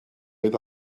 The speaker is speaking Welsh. oedd